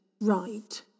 right